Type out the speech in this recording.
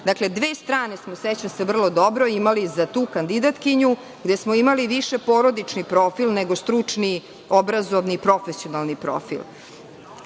Dakle, dve strane su, sećam se vrlo dobro, imali za tu kandidatkinju, gde smo imali više porodični profil nego stručni, obrazovani, profesionalni profil. Ovde